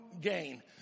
gain